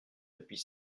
depuis